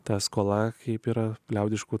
ta skola kaip yra liaudiškų